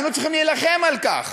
היינו צריכים להילחם על כך.